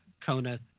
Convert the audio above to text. Kona